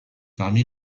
parmi